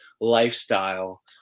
lifestyle